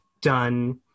done